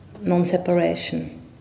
non-separation